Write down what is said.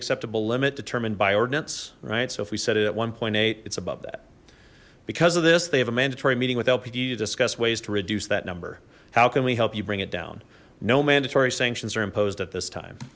acceptable limit determined by ordinance right so if we set it at one point eight it's above that because of this they have a mandatory meeting without pd to discuss ways to reduce that number how can we help you bring it down no mandatory sanctions are imposed at this time